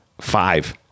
Five